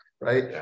right